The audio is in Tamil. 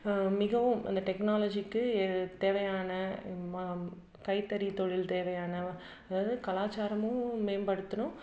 மிகவும் அந்த டெக்னாலஜிக்கு தேவையான கைத்தறி தொழில் தேவையான அதாவது கலாச்சாரமும் மேம்படுத்தணும்